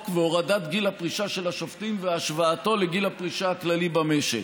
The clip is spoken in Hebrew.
והורדת גיל הפרישה של השופטים והשוואתו לגיל הפרישה הכללי במשק.